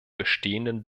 bestehenden